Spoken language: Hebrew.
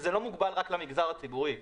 וזה לא מוגבל רק למגזר הציבורי.